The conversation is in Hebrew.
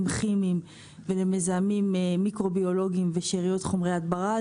כימיים ולמזהמים מיקרוביולוגיים ושאריות חומרי הדברה.